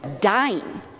dying